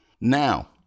Now